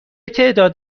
تعداد